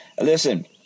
Listen